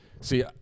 See